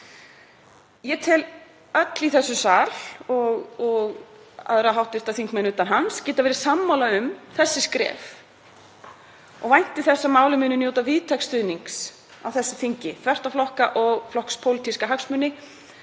Ég tel okkur öll í þessum sal, og aðra hv. þingmenn utan hans, geta verið sammála um þessi skref. Ég vænti þess að málið muni njóta víðtæks stuðnings á þessu þingi þvert á flokka og flokkspólitíska hagsmuni.